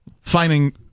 finding